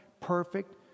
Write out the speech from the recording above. perfect